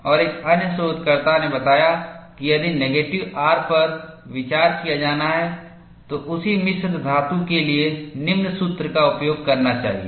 और एक अन्य शोधकर्ता ने बताया कि यदि नेगटिव R पर विचार किया जाना है तो उसी मिश्र धातु के लिए निम्न सूत्र का उपयोग करना चाहिए